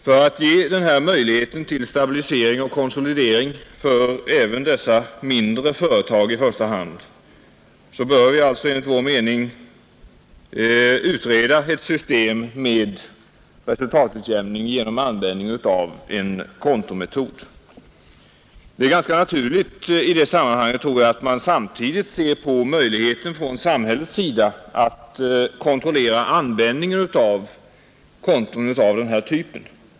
För att ge en möjlighet till stabilisering och konsolidering för i första hand även mindre företag bör vi enligt vår mening utreda ett system med resultatutjämning genom användande av en kontometod. Det är i det sammanhanget ganska naturligt att man samtidigt ser på samhällets möjligheter att kontrollera användningen av konton av just den här typen.